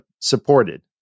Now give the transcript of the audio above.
Supported